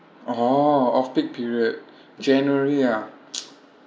oh off peak period january ya